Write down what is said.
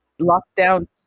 lockdown